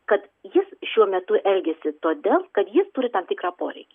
kad jis šiuo metu elgiasi todėl kad jis turi tam tikrą poreikį